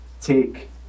take